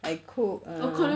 I cook err